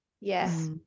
yes